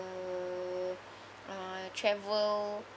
uh travel